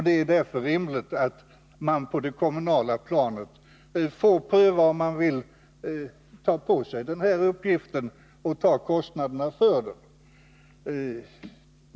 Det är därför rimligt att man på det kommunala planet får pröva om man vill ta på sig den här uppgiften och kostnaderna för den.